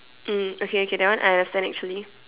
mm okay okay that one I understand actually